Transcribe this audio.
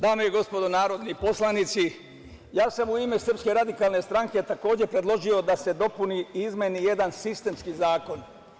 Dame i gospodo narodi poslanici, ja sam u ime SRS takođe predložio da se dopuni i izmeni jedan sistemski zakon.